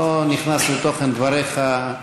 אני לא נכנס לתוכן דבריך,